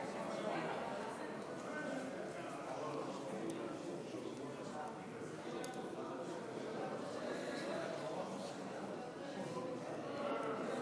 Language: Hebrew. גברתי